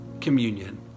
communion